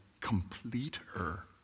completer